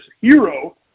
hero